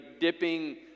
dipping